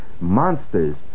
monsters